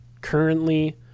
currently